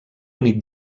únic